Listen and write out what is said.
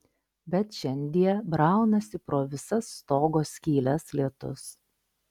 bet šiandie braunasi pro visas stogo skyles lietus